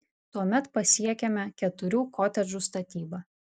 tuomet pasiekiame keturių kotedžų statybą